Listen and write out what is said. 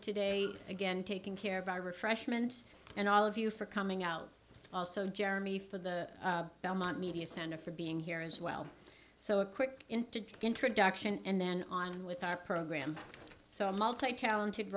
today again taking care of our refreshment and all of you for coming out also jeremy for the belmont media center for being here as well so a quick introduction and then on with our program so multitalented